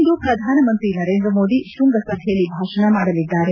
ಇಂದು ಪ್ರಧಾನಮಂತ್ರಿ ನರೇಂದ್ರ ಮೋದಿ ಶೃಂಗಸಭೆಯಲ್ಲಿ ಭಾಷಣ ಮಾಡಲಿದ್ದಾರೆ